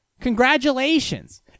Congratulations